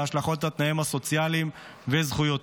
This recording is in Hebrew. וההשלכות על תנאיהם הסוציאליים וזכויותיהם.